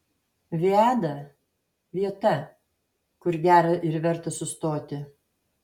viada vieta kur gera ir verta sustoti